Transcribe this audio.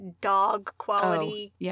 dog-quality